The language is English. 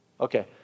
okay